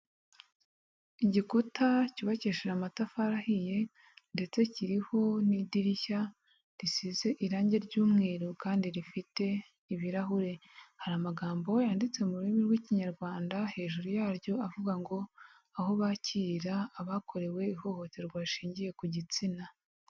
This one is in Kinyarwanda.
Igikuta cyubakishije amatafari ahiye ndetse kiriho n'idirishya risize irangi ry'umweru kandi rifite ibirahure, hari amagambo yanditse mu rurimi rw'ikinyarwanda, hejuru yaryo avuga ngo aho bakirira abakorewe ihohoterwa rishingiye ku gitsina.